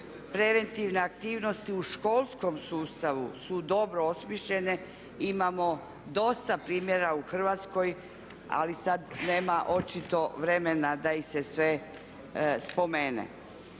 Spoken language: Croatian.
preventivne aktivnosti u školskom sustavu su dobro osmišljene. Imamo dosta primjera u Hrvatskoj, ali sad nema očito vremena da ih se sve spomene